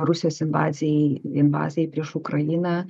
rusijos invazijai invazijai prieš ukrainą